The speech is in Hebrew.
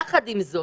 יחד עם זאת,